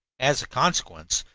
as a consequence,